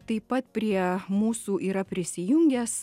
taip pat prie mūsų yra prisijungęs